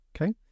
okay